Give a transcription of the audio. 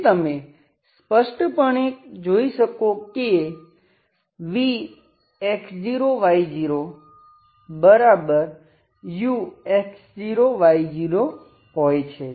પછી તમે સ્પષ્ટપણે જોઈ શકો કે vx0 y0ux0 y0હોય છે